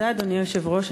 אדוני היושב-ראש,